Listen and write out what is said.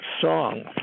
song